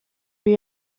lui